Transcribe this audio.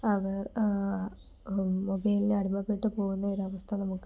അവർ മൊബൈലിൽ അടിമപ്പെട്ടു പോകുന്ന ഒരു അവസ്ഥ നമുക്ക്